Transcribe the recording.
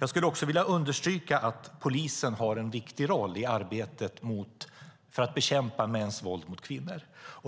Låt mig understryka att polisen har en viktig roll i arbetet med att bekämpa mäns våld mot kvinnor.